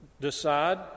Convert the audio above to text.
decide